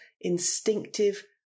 instinctive